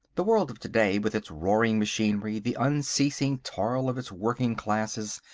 the world of to-day with its roaring machinery, the unceasing toil of its working classes,